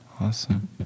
Awesome